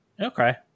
Okay